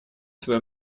свое